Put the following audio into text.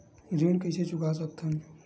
ऋण कइसे चुका सकत हन?